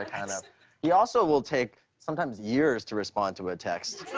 ah kind of he also will take sometimes years to respond to a text.